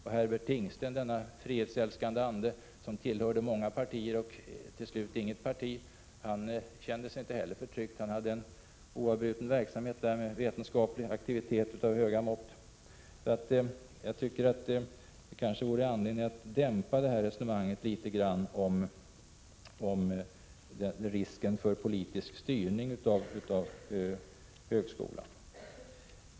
Och Herbert Tingsten, denna frihetsälskande ande som tillhörde många partier och till slut inget parti, kände sig inte heller förtryckt. Han hade en oavbruten verksamhet med vetenskaplig aktivitet av höga mått. Jag tycker därför det finns anledning att något dämpa resonemanget om risken för politisk styrning av högskolan.